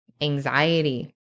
anxiety